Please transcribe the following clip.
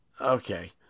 Okay